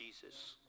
Jesus